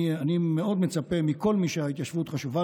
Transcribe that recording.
אני מאוד מצפה מכל מי שההתיישבות חשובה